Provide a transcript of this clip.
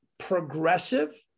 progressive